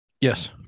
Yes